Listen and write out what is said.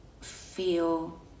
feel